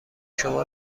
شما